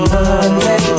Monday